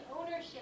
ownership